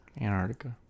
Antarctica